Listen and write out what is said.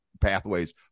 pathways